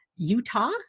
utah